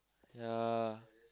ya